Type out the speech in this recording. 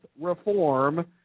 reform